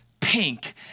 pink